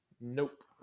Nope